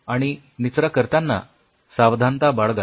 आणि निचरा करतांना सावधानता बाळगा